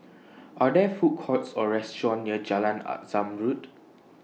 Are There Food Courts Or restaurants near Jalan Zamrud